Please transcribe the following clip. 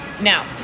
Now